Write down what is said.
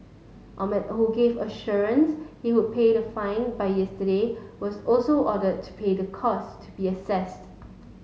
Ahmed who gave assurance he would pay the fine by yesterday was also ordered to pay the cost to be assessed